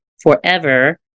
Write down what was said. forever